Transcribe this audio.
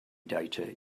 data